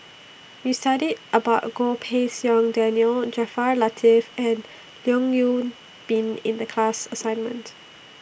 We studied about Goh Pei Siong Daniel Jaafar Latiff and Leong Yoon Pin in The class assignment